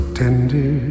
tender